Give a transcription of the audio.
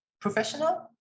professional